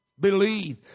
believe